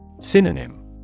Synonym